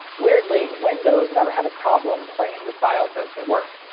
weirdly, windows never had a problem playing the files as they were.